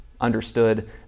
understood